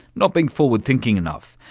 not being forward thinking enough.